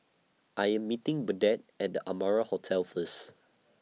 I Am meeting Burdette At The Amara Hotel First